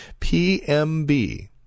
PMB